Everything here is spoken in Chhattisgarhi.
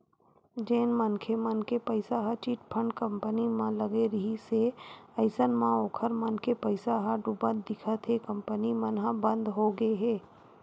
जेन मनखे मन के पइसा ह चिटफंड कंपनी मन म लगे रिहिस हे अइसन म ओखर मन के पइसा ह डुबत दिखत हे कंपनी मन ह बंद होगे हे